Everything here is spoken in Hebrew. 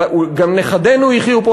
גם נכדינו יחיו פה,